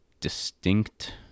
distinct